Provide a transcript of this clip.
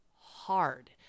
hard